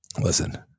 Listen